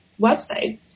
website